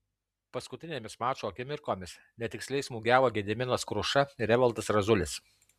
paskutinėmis mačo akimirkomis netiksliai smūgiavo gediminas kruša ir evaldas razulis